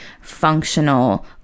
functional